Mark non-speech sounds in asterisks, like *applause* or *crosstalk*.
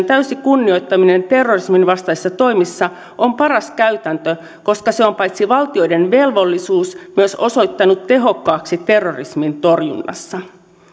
*unintelligible* täysi kunnioittaminen terrorisminvastaisissa toimissa on paras käytäntö koska se on paitsi valtioiden velvollisuus myös osoittautunut tehokkaaksi terrorismin torjunnassa